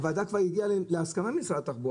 הוועדה כבר הגיעה להסכמה עם משרד התחבורה